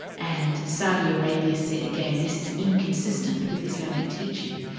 and saudi arabia said again, this is inconsistent with islamic teaching.